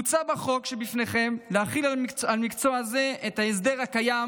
מוצע בחוק שבפניכם להחיל על מקצוע זה את ההסדר הקיים